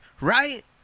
Right